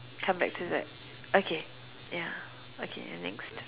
come back to that okay ya okay then next